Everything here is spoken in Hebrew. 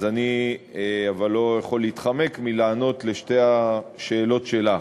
אבל אני לא יכול להתחמק מלענות על שתי השאלות שלך.